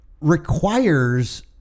requires